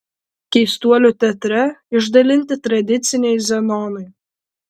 keistuolių teatre išdalinti tradiciniai zenonai